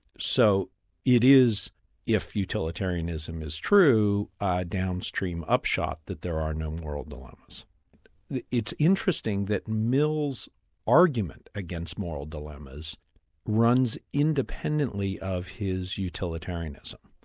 so it is if utilitarianism is true, a downstream upshot that there are no moral dilemmas. yet it's interesting that mills' argument against moral dilemmas runs independently of his utilitarianism.